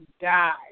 died